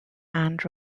and